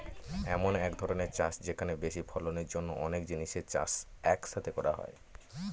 এমন এক ধরনের চাষ যেখানে বেশি ফলনের জন্য অনেক জিনিসের চাষ এক সাথে করা হয়